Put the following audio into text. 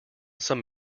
some